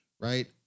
right